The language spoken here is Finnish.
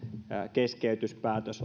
keskeytyspäätös